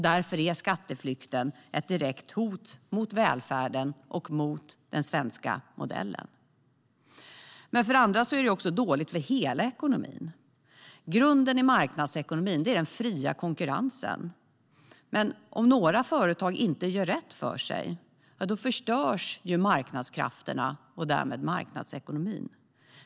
Därför är skatteflykten ett direkt hot mot välfärden och mot den svenska modellen. För det andra är det dåligt för hela ekonomin. Grunden i marknadsekonomin är den fria konkurrensen. Om då några företag inte gör rätt för sig förstörs ju marknadskrafterna och därmed marknadsekonomin.